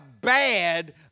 bad